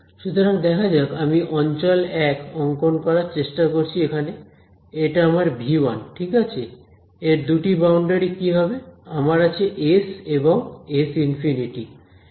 সুতরাং দেখা যাক আমি অঞ্চল 1 অংকন করার চেষ্টা করছি এখানে এটা আমার v 1 ঠিক আছে এর দুটি বাউন্ডারি কি হবে আমার আছে S এবং S∞